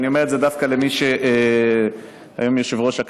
ואני אומר את זה דווקא למי שהוא היום יושב-ראש הכנסת,